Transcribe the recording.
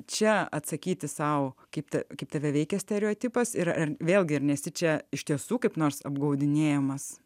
čia atsakyti sau kitą kaip tave veikia stereotipas ir vėlgi ar nesi čia iš tiesų kaip nors apgaudinėjamas